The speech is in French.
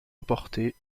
emportés